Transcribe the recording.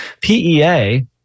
PEA